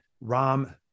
ram